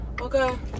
okay